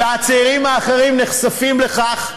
והצעירים האחרים נחשפים לכך.